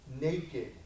Naked